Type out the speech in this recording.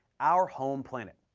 our home planet.